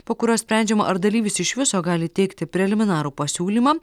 po kurio sprendžiama ar dalyvis iš viso gali teikti preliminarų pasiūlymą